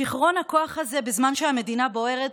שיכרון הכוח הזה בזמן שהמדינה בוערת,